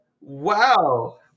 Wow